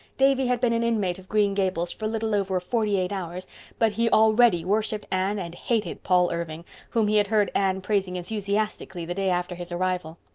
davy had been an inmate of green gables for little over forty-eight hours but he already worshipped anne and hated paul irving, whom he had heard anne praising enthusiastically the day after his arrival.